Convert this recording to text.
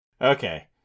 Okay